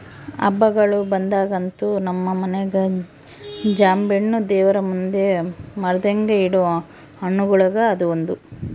ಹಬ್ಬಗಳು ಬಂದಾಗಂತೂ ನಮ್ಮ ಮನೆಗ ಜಾಂಬೆಣ್ಣು ದೇವರಮುಂದೆ ಮರೆದಂಗ ಇಡೊ ಹಣ್ಣುಗಳುಗ ಅದು ಒಂದು